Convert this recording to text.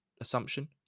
assumption